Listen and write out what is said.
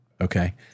Okay